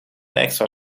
extra